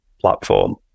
platform